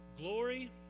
glory